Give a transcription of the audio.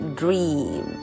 dream